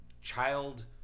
Child